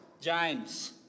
James